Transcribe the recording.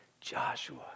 Joshua